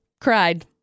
cried